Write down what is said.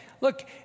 look